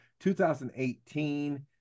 2018